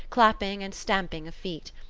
clapping and stamping of feet.